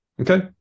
Okay